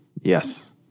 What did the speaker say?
Yes